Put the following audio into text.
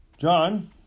John